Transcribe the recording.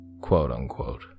quote-unquote